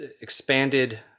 expanded